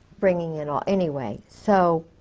bringing in all. anyway, so.